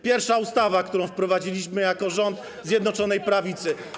Pierwsza ustawa, którą wprowadziliśmy jako rząd Zjednoczonej Prawicy.